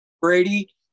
Brady